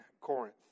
Corinth